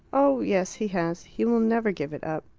oh, yes he has. he will never give it up.